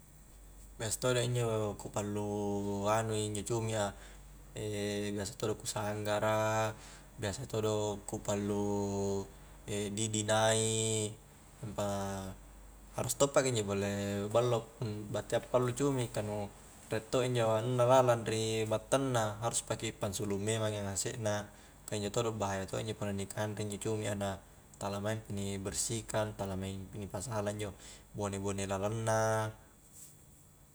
Biasa todo injo ku pallu anu injo cumi a biasa todo ku sanggara biasa todo ku pallu didi naik, nampa harus toppa ki injo ballo batea pallu cumi ka nu riek todo injo anunna lalang ri battanna harus paki pansulu memang iya ngasek na, ka injo todo bahaya todo punna ni kanre unjo cumi a na tala maing pi ni bersihkan tala maing pi ni pasala injo bone-bone lalang na